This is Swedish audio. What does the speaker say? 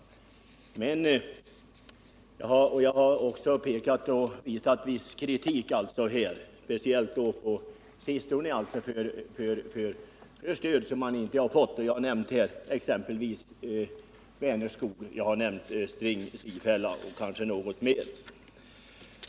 Jag har tvärtom utttalat viss kritik över det stöd som på senare tid uteblivit, och jag nämnde i det sammanhanget exempelvis Vänerskog, Strings och kanske ytterligare något företag.